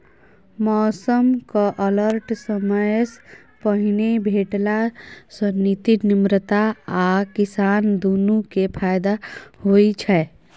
मौसमक अलर्ट समयसँ पहिने भेटला सँ नीति निर्माता आ किसान दुनु केँ फाएदा होइ छै